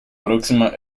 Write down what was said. próxima